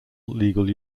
legal